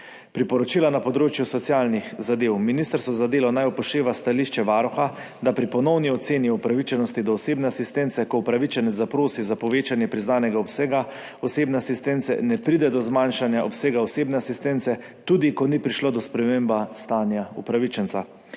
Priporočila na področju socialnih zadev. Ministrstvo za delo naj upošteva stališče Varuha, da pri ponovni oceni upravičenosti do osebne asistence, ko upravičenec zaprosi za povečanje priznanega obsega osebne asistence, ne pride do zmanjšanja obsega osebne asistence, tudi ko ni prišlo do spremembe stanja upravičenca.